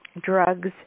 drugs